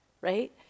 Right